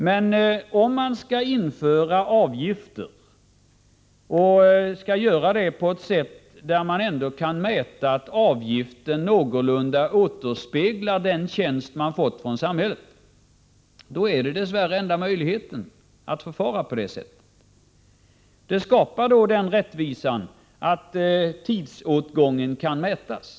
Men om man skall införa avgifter och mäta avgifterna, så att värdet av den tjänst vederbörande får från samhället någorlunda väl återspeglas, är dess värre detta förfarande enda möjligheten. Det skapar den rättvisan att tidsåtgången kan mätas.